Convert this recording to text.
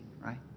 right